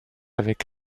avec